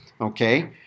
okay